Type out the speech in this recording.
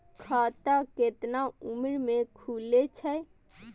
खाता केतना उम्र के खुले छै?